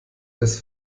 dass